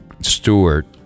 Stewart